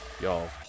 y'all